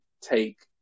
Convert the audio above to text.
take